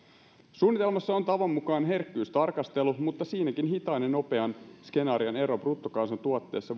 suunnitelmassa on tavan mukaan herkkyystarkastelu mutta siinäkin hitaan ja nopean skenaarion ero bruttokansantuotteessa